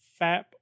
Fap